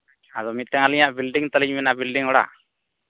ᱟᱫᱚ ᱢᱤᱫᱴᱟᱹᱝ ᱟᱹᱞᱤᱧᱟᱹᱜ ᱵᱤᱞᱰᱤᱝ ᱛᱟᱹᱞᱤᱧ ᱢᱮᱱᱟᱜᱼᱟ ᱵᱤᱞᱰᱤᱝ ᱚᱲᱟᱜ